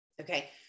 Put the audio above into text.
Okay